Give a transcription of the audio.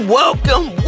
welcome